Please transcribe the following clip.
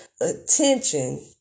attention